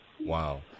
Wow